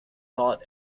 thought